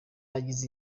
yagize